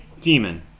demon